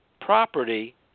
property